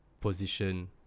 position